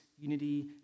unity